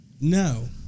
No